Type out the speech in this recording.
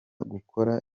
gukora